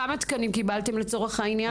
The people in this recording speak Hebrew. כמה תקנים קיבלתם לצורך העניין?